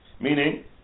Meaning